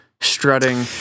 strutting